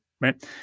right